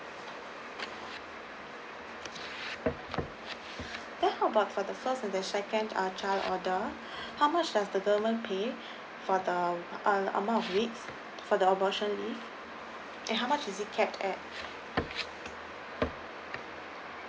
but how about for the first and the second uh order how much does the government pay for the um among weeks for the adoption leave and how is it is capped at